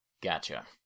Gotcha